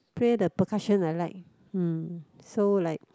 play the percussion I like hmm so like